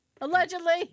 Allegedly